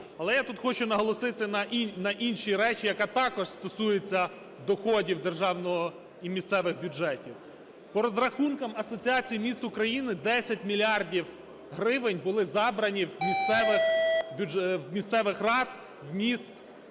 Але я тут хочу наголосити на іншій речі, яка також стосується доходів державного і місцевих бюджетів. По розрахунках Асоціації міст України, 10 мільярдів гривень були забрані в місцевих рад, в міст після